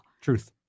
Truth